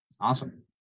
Awesome